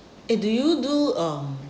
uh do you do um